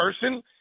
person